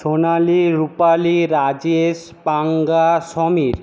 Sonali Rupali Rajesh Panga Samir